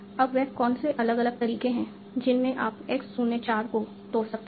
अब वे कौन से अलग अलग तरीके हैं जिनमें आप x 0 4 को तोड़ सकते हैं